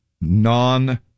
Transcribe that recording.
non